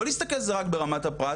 לא להסתכל על זה רק ברמת הפרט,